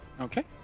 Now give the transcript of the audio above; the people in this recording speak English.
Okay